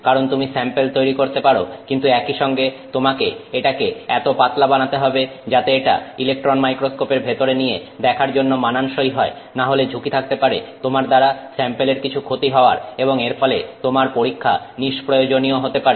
কারণ তুমি স্যাম্পেল তৈরি করতে পারো কিন্তু একই সঙ্গে তোমাকে এটাকে এত পাতলা বানাতে হবে যাতে এটা ইলেকট্রন মাইক্রোস্কোপের ভেতরে নিয়ে দেখার জন্য মানানসই হয় না হলে ঝুঁকি থাকতে পারে তোমার দ্বারা স্যাম্পেলের কিছু ক্ষতি হওয়ার এবং এর ফলে তোমার পরীক্ষা নিষ্প্রয়োজনীয় হতে পারে